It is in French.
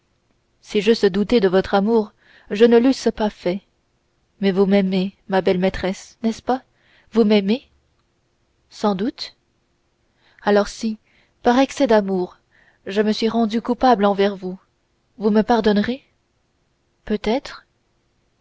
si j'eusse douté de votre amour je ne l'eusse pas fait mais vous m'aimez ma belle maîtresse n'est-ce pas vous m'aimez sans doute alors si par excès d'amour je me suis rendu coupable envers vous vous me pardonnerez peut-être